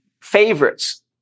favorites